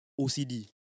OCD